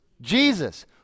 Jesus